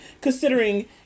considering